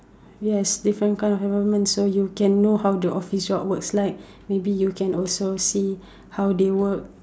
yes different kind of environment so you can know how the office job works like maybe you can also see how they work